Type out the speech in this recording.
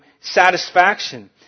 satisfaction